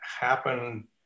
happen